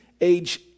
age